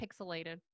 pixelated